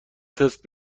تست